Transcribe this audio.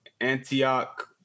Antioch